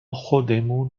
خودمون